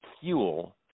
fuel